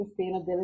sustainability